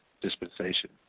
dispensation